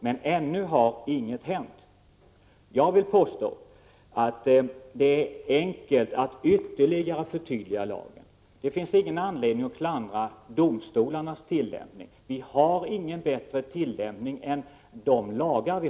Men ännu har ingenting hänt. Jag vill påstå att det är enkelt att ytterligare förtydliga lagen. Det finns ingen anledning att klandra domstolarnas tillämpning; tillämpningen är inte bättre än lagarna.